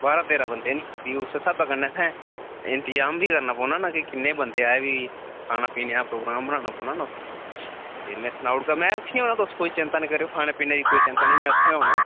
बारां तेरां बंदे निं भी उस्सै स्हाबै कन्नै असें इंतजाम बी करना पौना ना कि किन्ने बंदे आए भी खाने पीने दा प्रोग्राम बनाना पौना ना ते में सनाई ओड़गा में उत्थै गै होना तुस कोई चैंता निं करेओ खाने पीने दी कोई चैंता निं में उत्थै गै होना